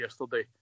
yesterday